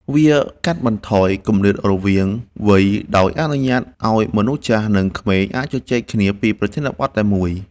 វាកាត់បន្ថយគម្លាតរវាងវ័យ ដោយអនុញ្ញាតឱ្យមនុស្សចាស់ និងក្មេងអាចជជែកគ្នាពីប្រធានបទតែមួយ។